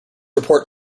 report